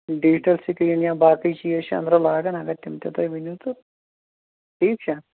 digital screen یا باقٕے چیٖز چھِ اَنٛدٕرٕ لاگَن اگر تِم تہِ تُہۍ ؤنِو تہٕ ٹھیٖک چھا